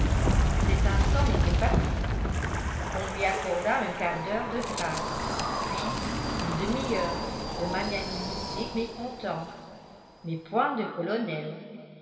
cet instant était passé on lui accorda un quart d'heure de grâce puis une demi-heure de magnanimité mécontente mais point de colonel